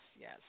yes